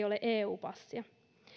ole eu passia